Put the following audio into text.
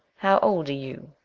how old are you?